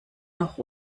noch